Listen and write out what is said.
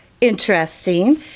interesting